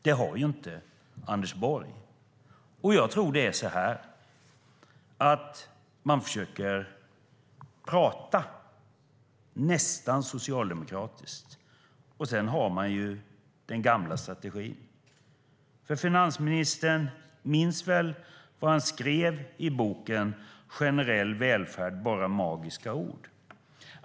Det har inte Anders Borg. Jag tror att man försöker tala nästan socialdemokratiskt men har sedan den gamla strategin. Finansministern minns väl vad han skrev i boken Generell välfärd - bara magiska ord?